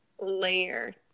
layer